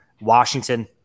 Washington